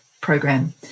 program